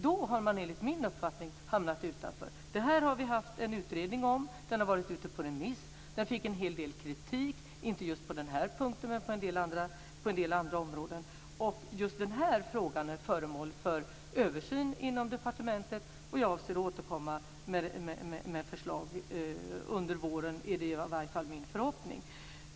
Då har man enligt min uppfattning hamnat utanför. Det här har vi haft en utredning om. Den har varit ute på remiss. Den fick en hel del kritik, inte just på den här punkten men på en del andra områden. Just den här frågan är föremål för översyn inom departementet, och jag avser att återkomma med förslag under våren. Det är i alla fall min förhoppning.